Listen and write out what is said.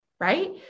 right